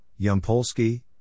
Yampolsky